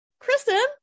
Kristen